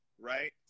right